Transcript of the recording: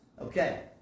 Okay